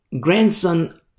grandson